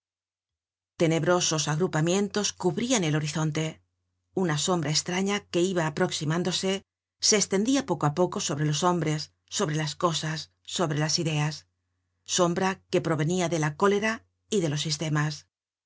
tenebrosos agrupamientos cubrian el horizonte una sombra estraña que iba aproximándose se estendia poco á poco sobre los hombres sobre las cosas sobre las ideas sombra que provenia de la cólera y de los sistemas